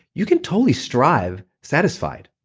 you can totally strive satisfied.